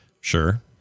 Sure